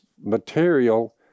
material